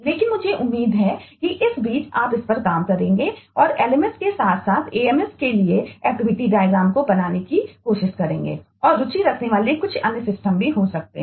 लेकिन मुझे उम्मीद है कि इस बीच आप इस पर काम करेंगे और lmsके साथ साथ ams के लिए एक्टिविटी डायग्राम को बनाने की कोशिश करेंगे और रुचि रखने वाले कुछ अन्य सिस्टम भी हो सकते हैं